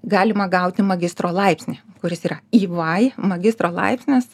galima gauti magistro laipsnį kuris yra i vai magistro laipsnis